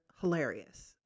hilarious